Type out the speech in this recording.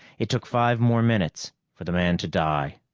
it took five more minutes for the man to die.